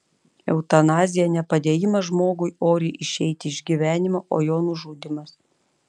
eutanazija ne padėjimas žmogui oriai išeiti iš gyvenimo o jo nužudymas